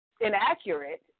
inaccurate